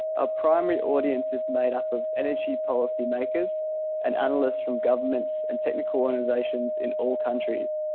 ah primary audience is made up of energy policy makers and analysts from governments and technical organizations in all countries.